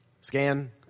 scan